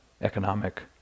economic